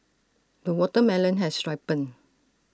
the watermelon has ripened